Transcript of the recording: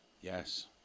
Yes